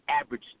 average